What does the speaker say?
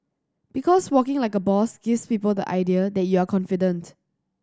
because walking like a boss gives people the idea that you are confident